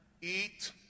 eat